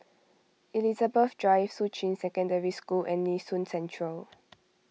Elizabeth Drive Shuqun Secondary School and Nee Soon Central